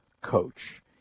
coach